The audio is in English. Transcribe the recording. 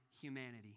humanity